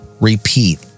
repeat